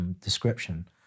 Description